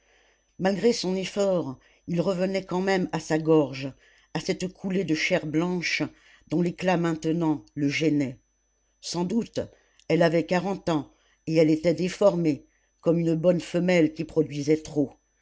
malgré son effort il revenait quand même à sa gorge à cette coulée de chair blanche dont l'éclat maintenant le gênait sans doute elle avait quarante ans et elle était déformée comme une bonne femelle qui produisait trop